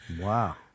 Wow